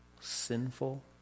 sinful